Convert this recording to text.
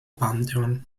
pantheon